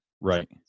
right